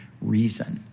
reason